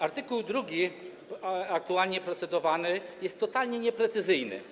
Art. 2 aktualnie procedowany jest totalnie nieprecyzyjny.